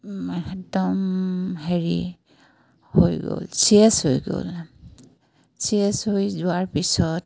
একদম হেৰি হৈ গ'ল চিৰিয়াছ হৈ গ'ল চিৰিয়াছ হৈ যোৱাৰ পিছত